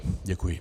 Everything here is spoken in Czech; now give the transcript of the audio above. Děkuji.